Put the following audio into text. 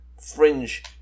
fringe